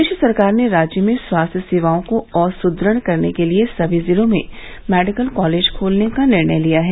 प्रदेश सरकार ने राज्य में स्वास्थ्य सेवाओं को और सुदृढ़ करने के लिए सभी जिलों में मेडिकल कॉलेज खोलने का निर्णय किया है